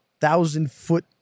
thousand-foot